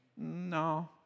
No